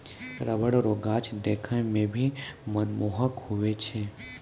rubber रो गाछ देखै मे भी मनमोहक हुवै छै